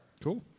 Cool